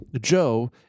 Joe